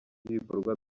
y’ibikorwa